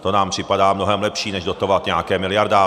To nám připadá mnohem lepší než dotovat nějaké miliardáře.